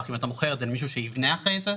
אם אתה מוכר את זה למישהו שיבנה אחרי זה.